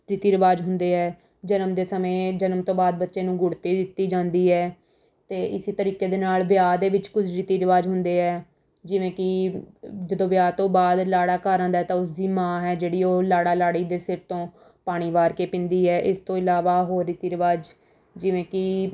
ਰੀਤੀ ਰਿਵਾਜ਼ ਹੁੰਦੇ ਹੈ ਜਨਮ ਦੇ ਸਮੇਂ ਜਨਮ ਤੋਂ ਬਾਅਦ ਬੱਚੇ ਨੂੰ ਗੁੜ੍ਹਤੀ ਦਿੱਤੀ ਜਾਂਦੀ ਹੈ ਅਤੇ ਇਸ ਤਰੀਕੇ ਦੇ ਨਾਲ ਵਿਆਹ ਦੇ ਵਿੱਚ ਕੁਝ ਰੀਤੀ ਰਿਵਾਜ਼ ਹੁੰਦੇ ਹੈ ਜਿਵੇਂ ਕਿ ਜਦੋਂ ਵਿਆਹ ਤੋਂ ਬਾਅਦ ਲਾੜਾ ਘਰ ਆਉਂਦਾ ਹੈ ਤਾਂ ਉਸ ਦੀ ਮਾਂ ਹੈ ਜਿਹੜੀ ਉਹ ਲਾੜਾ ਲਾੜੀ ਦੇ ਸਿਰ ਤੋਂ ਪਾਣੀ ਵਾਰ ਕੇ ਪੀਂਦੀ ਹੈ ਇਸ ਤੋਂ ਇਲਾਵਾ ਹੋਰ ਰੀਤੀ ਰਿਵਾਜ਼ ਜਿਵੇਂ ਕਿ